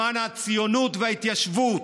למען הציונות וההתיישבות.